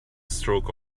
stroke